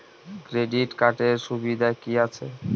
Credit কার্ডের সুবিধা কি আছে?